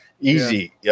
easy